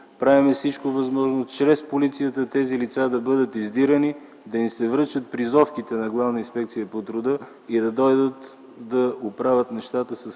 Правим всичко възможно чрез полицията тези лица да бъдат издирени, да им се връчат призовките на Главна инспекция по труда и да дойдат да оправят нещата с хората